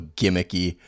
gimmicky